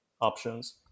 options